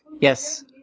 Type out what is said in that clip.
Yes